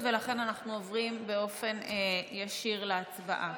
ולכן אנחנו עוברים באופן ישיר להצבעה.